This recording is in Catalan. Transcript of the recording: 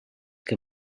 que